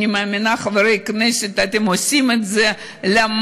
אני מאמינה, חברי הכנסת, שאתם עושים את זה למען